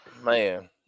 Man